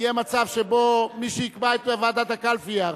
יהיה מצב שבו מי שיקבע את ועדת הקלפי יהיה ערבי.